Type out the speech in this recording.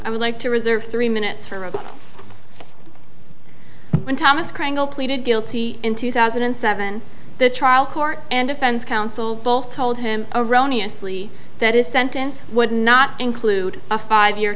i would like to reserve three minutes for a but when thomas crandall pleaded guilty in two thousand and seven the trial court and defense counsel both told him erroneous lee that is sentence would not include a five year